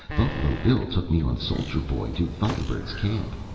buffalo bill took me on soldier boy to thunder-bird's camp,